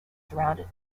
surrounded